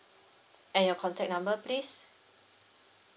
and your contact number please